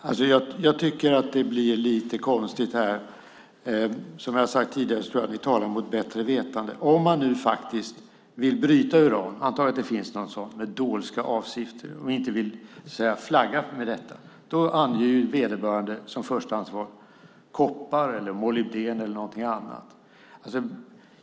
Fru talman! Jag tycker att det blir lite konstigt där. Som jag sagt tidigare tror jag att oppositionen talar mot bättre vetande. Om man vill bryta uran med dolska avsikter - om vi antar att det finns sådana - och inte vill flagga med detta, anger vederbörande som förstahandsval koppar, molybden eller någonting annat.